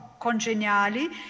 congeniali